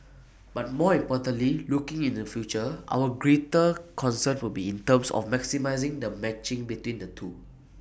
but more importantly looking in the future our greater concern will be in terms of maximising the matching between the two